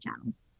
channels